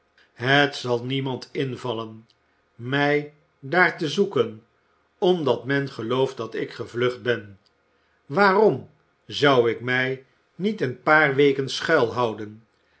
het zal niemand invallen mij daar te zoeken omdat men gelooft dat ik gevlucht ben waarom zou ik mij niet een paar weken schuilhouden